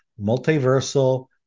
Multiversal